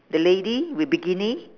the lady with bikini